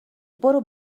برو